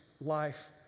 life